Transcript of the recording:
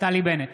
נפתלי בנט,